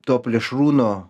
to plėšrūno